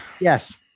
Yes